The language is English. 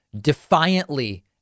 defiantly